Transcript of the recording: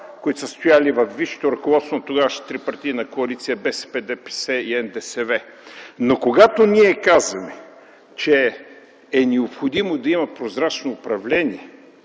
които са стояли във висшето ръководство на тогавашната трипартийна коалиция БСП – ДПС – НДСВ. Но, когато ние казваме, че е необходимо да има прозрачно управление,